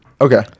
Okay